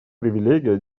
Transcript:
привилегия